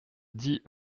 dit